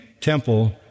temple